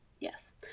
Yes